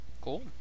Cool